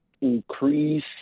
increase